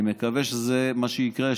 אני מקווה שזה מה שיקרה,